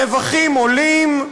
הרווחים עולים,